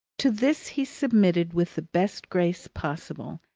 to this he submitted with the best grace possible,